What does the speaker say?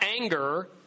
anger